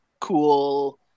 cool